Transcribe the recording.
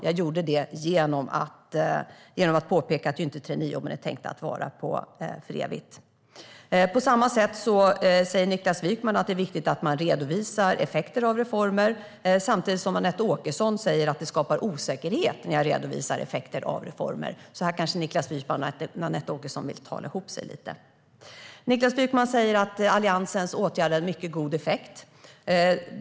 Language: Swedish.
Jag gjorde det genom att påpeka att traineejobben inte är tänkta att vara för evigt. Niklas Wykman sa att det är viktigt att man redovisar effekter av reformer, samtidigt som Anette Åkesson sa att det skapar osäkerhet när jag redovisar effekter av reformer. Här kanske Niklas Wykman och Anette Åkesson vill tala ihop sig lite. Niklas Wykman sa att Alliansens åtgärder haft mycket god effekt.